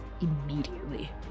immediately